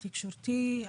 התקשורתי,